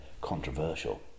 controversial